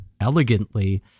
elegantly